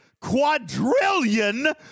quadrillion